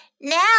now